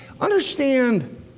understand